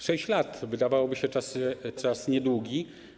6 lat, wydawałoby się, że to czas niedługi.